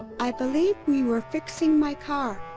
i believe we were fixing my car!